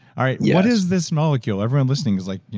all right. what is this molecule? everyone listening is like,